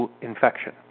infection